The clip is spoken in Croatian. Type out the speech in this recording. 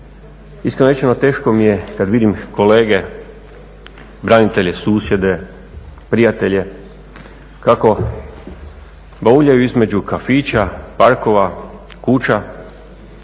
Iskreno rečeno, teško mi je kad vidim kolege, branitelje, susjede, prijatelje kako bauljaju između kafića, parkova, kuća